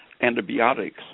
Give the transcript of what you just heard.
antibiotics